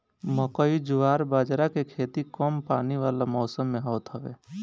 मकई, जवार बजारा के खेती कम पानी वाला मौसम में होत हवे